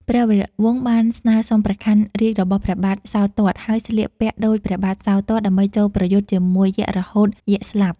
ព្រះវរវង្សបានស្នើសុំព្រះខ័នរាជ្យរបស់ព្រះបាទសោទត្ត ហើយស្លៀកពាក់ដូចព្រះបាទសោទត្ត ដើម្បីចូលប្រយុទ្ធជាមួយយក្សរហូតយក្សស្លាប់។